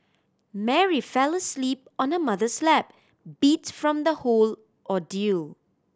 Mary fell asleep on her mother's lap beat from the whole ordeal